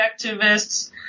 activists